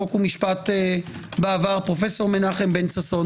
חוק ומשפט בעבר פרופ' מנחם בן-ששון,